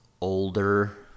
older